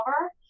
over